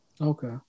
okay